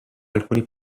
alcuni